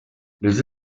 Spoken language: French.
les